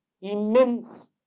immense